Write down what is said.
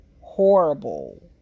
horrible